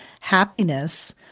happiness –